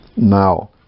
Now